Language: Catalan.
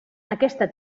aquesta